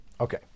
Okay